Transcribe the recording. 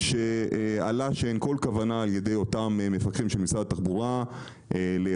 שעלה שאין כוונה על ידי אותם מפקחים של משרד התחבורה לאכוף,